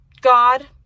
God